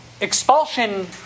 expulsion